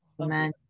Amen